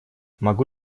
могу